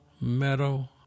meadow